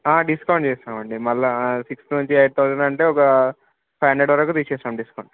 discount చేస్తామండి మళ్ళా sixth నుంచి ఎయిట్ తౌసండ్ అంటే ఒక ఫైవ్ హండ్రెడ్ వరకు వీచేస్తం డిస్కౌంట్